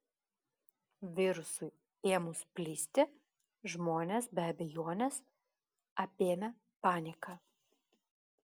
virusui ėmus plisti žmonės be abejonės apėmė panika